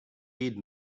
need